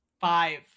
Five